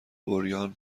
عریان